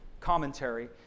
commentary